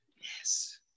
yes